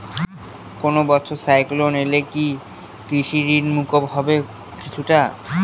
কোনো বছর সাইক্লোন এলে কি কৃষি ঋণ মকুব হবে কিছুটা?